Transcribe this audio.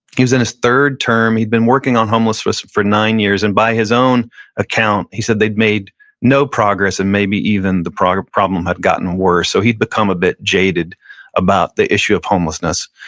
he was in his third term, he'd been working on homelessness for nine years and by his own account, he said they'd made no progress and maybe even the problem had gotten worse. so he'd become a bit jaded about the issue of homelessness.